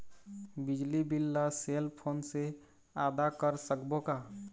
बिजली बिल ला cell phone से आदा कर सकबो का?